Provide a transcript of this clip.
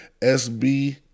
SB